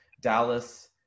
Dallas